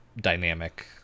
dynamic